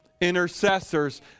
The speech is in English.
Intercessors